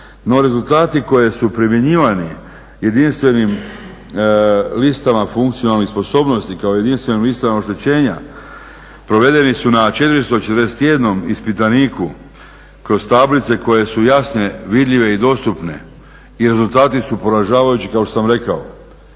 rezultati koje su primjenjivani jedinstvenim listama funkcionalnih sposobnosti, kao jedinstvenim listama oštećenja provedeni su nad 441 ispitaniku kroz tablice koje su jasne, vidljive i dostupne i rezultati su poražavajući kao što sam rekao.